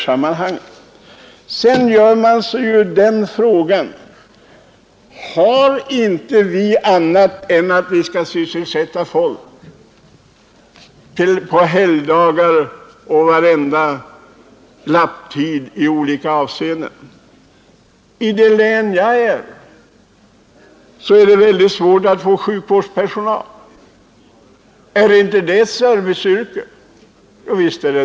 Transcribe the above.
Sedan ställer man sig ju frågan: Finns det ingenting annat för människorna att göra? Måste de verkligen sysselsättas i butikerna på helgdagar och varenda ”lapptid” som står till buds? I det län där jag bor är det väldigt svårt att få sjukvårdspersonal. Är inte sjukvårdsarbete ett serviceyrke?